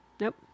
Nope